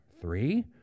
Three